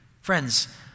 Friends